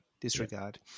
Disregard